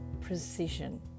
precision